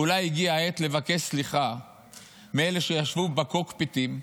אולי הגיעה העת לבקש סליחה מאלה שישבו בקוקפיטים,